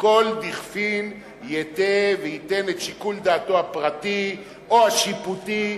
שכל דכפין ייתי וייתן את שיקול דעתו הפרטי או השיפוטי,